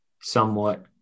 somewhat